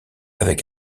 avec